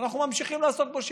ואנחנו ממשיכים לעשות בו שימוש.